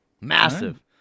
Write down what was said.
Massive